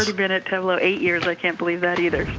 ah been at tableau eight years. i can't believe that either.